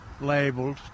labeled